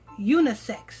Unisex